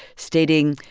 stating,